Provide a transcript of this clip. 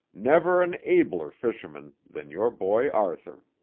never an abler fisherman than your boy arthur.